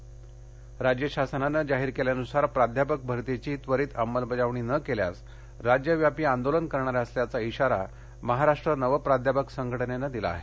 प्राध्यापक भरती राज्य शासनानं जाहीर केल्यानुसार प्राध्यापक भरतीची त्वरित अंमलबजावणी न केल्यास राज्यव्यापी आंदोलन करणार असल्याचा इशारा महाराष्ट्र नवप्राध्यापक संघटनेनं दिला आहे